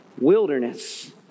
wilderness